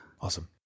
Awesome